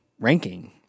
ranking